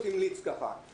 צריך לדרוש לקיים שולחן